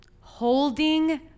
holding